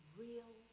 real